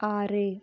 ஆறு